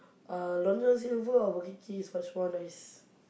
uh Long-John-Silver or Burger-King is much more nice